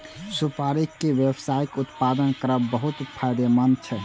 सुपारी के व्यावसायिक उत्पादन करब बहुत फायदेमंद छै